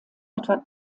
etwa